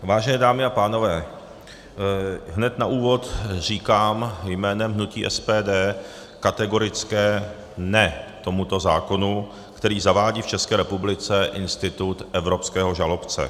Vážené dámy a pánové, hned na úvod říkám jménem hnutí SPD kategorické ne tomuto zákonu, který zavádí v České republice institut evropského žalobce.